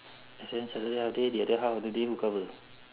and then saturday half day the other half of the day who cover